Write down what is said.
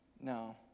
No